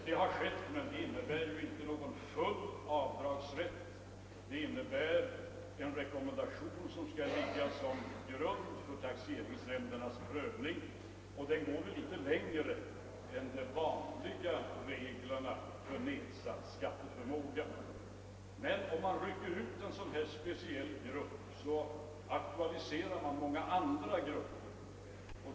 Detta har gjorts, men det innebär inte full avdragsrätt; det innebär en rekommendation som skall ligga till grund för taxeringsnämndernas prövning och går litet längre än de vanliga reglerna för nedsatt skatteförmåga. Om man rycker ut en speciell grupp aktualiserar man många andra grupper.